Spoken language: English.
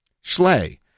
Schley